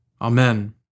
Amen